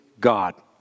God